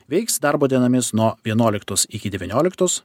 veiks darbo dienomis nuo vienuoliktos iki devynioliktos